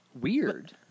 Weird